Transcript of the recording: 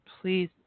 please